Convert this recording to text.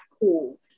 cool